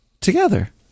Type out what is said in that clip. together